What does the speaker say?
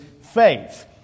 faith